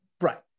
right